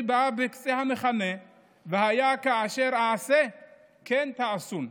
בא בקצה המחנה והיה כאשר אעשה כן תעשון".